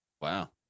wow